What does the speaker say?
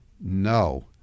no